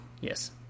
yes